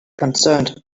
concerned